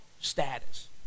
status